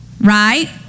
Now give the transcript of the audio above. right